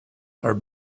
are